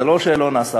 זה לא שלא נעשתה.